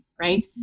Right